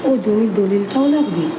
ও জমির দলিলটাও লাগবে